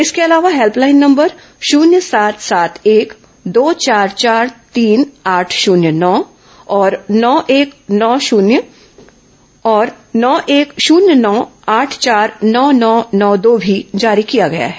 इसके अलावा helpline number शुन्य सात सात एक दो चार चार तीन आठ शून्य नौ और नौ एक शून्य नौ आठ चार नौ नौ नौ दो भी जारी किया गया है